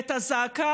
ואתה חלק מהקבוצה